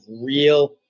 real